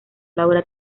laura